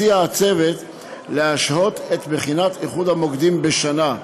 הציע הצוות להשהות את בחינת איחוד המוקדים בשנה.